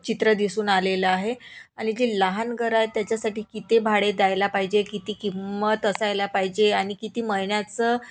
चित्र दिसून आलेलं आहे आणि जे लहान घरं आहेत त्याच्यासाठी किती भाडे द्यायला पाहिजे किती किंमत असायला पाहिजे आणि किती महिन्याचं